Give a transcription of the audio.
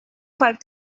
five